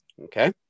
Okay